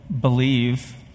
believe